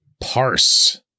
parse